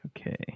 Okay